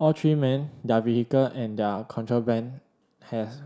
all three men their vehicle and their contraband has